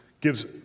gives